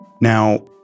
Now